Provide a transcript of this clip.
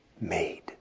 made